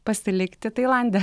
pasilikti tailande